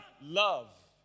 love